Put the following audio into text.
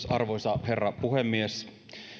arvoisa herra puhemies